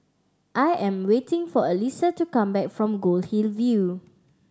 I am waiting for Elisa to come back from Goldhill View